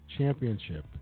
Championship